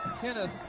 Kenneth